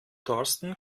thorsten